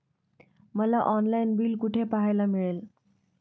मला online bill कुठे पाहायला मिळेल?